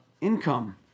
income